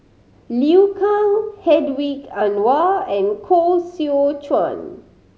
Liu Kang Hedwig Anuar and Koh Seow Chuan